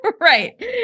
Right